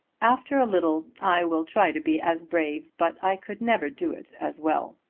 after a little i will try to be as brave, but i could never do it as well.